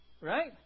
Right